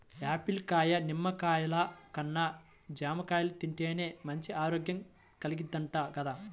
Apple కాయ, దానిమ్మ కాయల కన్నా జాంకాయలు తింటేనే మంచి ఆరోగ్యం కల్గిద్దంట గదా